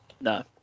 no